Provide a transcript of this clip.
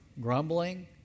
Grumbling